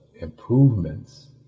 improvements